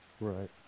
Right